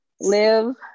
Live